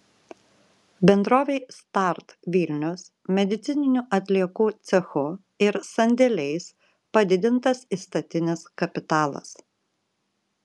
bendrovei start vilnius medicininių atliekų cechu ir sandėliais padidintas įstatinis kapitalas